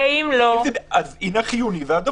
אם עניין חיוני דחוף.